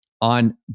on